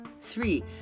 Three